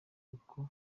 kuko